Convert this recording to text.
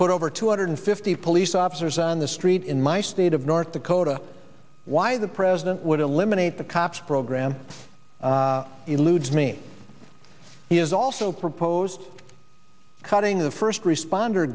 put over two hundred fifty of police officers on the street in my state of north dakota why the president would eliminate the cops program eludes me he has also proposed cutting the first responder